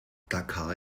dakar